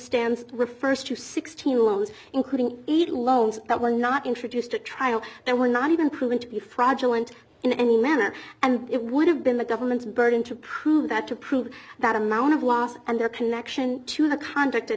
stands refers to sixteen loans including eight loans that were not introduced at trial that were not even proven to be fraudulent in any manner and it would have been the government's burden to prove that to prove that amount of loss and their connection to the conduct an